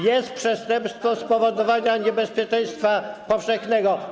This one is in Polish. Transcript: Jest przestępstwo spowodowania niebezpieczeństwa powszechnego.